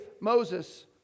Moses